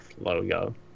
logo